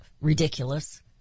ridiculous